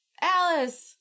Alice